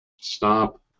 stop